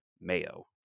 Mayo